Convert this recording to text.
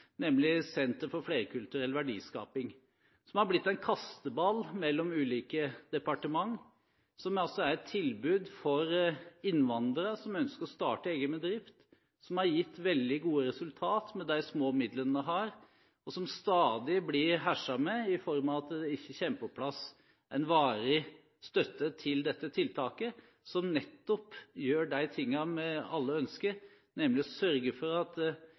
nemlig Norsk senter for flerkulturell verdiskaping. Det er et tilbud for innvandrere som ønsker å starte egen bedrift, og som har gitt veldig gode resultater med de små midlene de har, men som har blitt en kasteball mellom ulike departementer, og som stadig blir herset med, ved at det ikke kommer på plass en varig støtte til dette tiltaket. Dette er et tiltak som nettopp gjør de tingene vi alle ønsker, nemlig å sørge for at